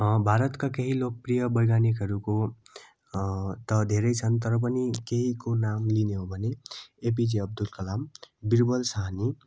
भारतका केही लोकप्रिय वैज्ञानिकहरूको त धेरै छन् तर पनि केहीको नाम लिने हो भने एपिजे अब्दुल कलाम बिरबल सहानी